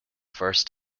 first